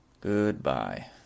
Goodbye